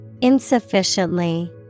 Insufficiently